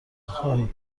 اهای